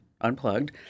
unplugged